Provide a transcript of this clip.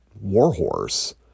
warhorse